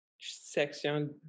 section